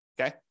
Okay